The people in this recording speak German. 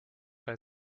bei